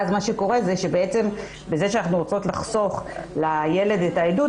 בזה שאנחנו רוצות לחסוך לילד את העדות,